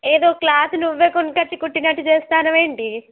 ఏదో క్లాత్ నువ్వే కొనితెచ్చి కుట్టినట్టు చేస్తున్నావు ఏంటీ